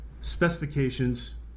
specifications